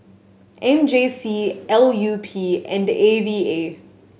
M J C L U P and A V A